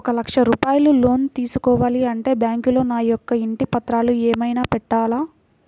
ఒక లక్ష రూపాయలు లోన్ తీసుకోవాలి అంటే బ్యాంకులో నా యొక్క ఇంటి పత్రాలు ఏమైనా పెట్టాలా?